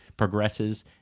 Progresses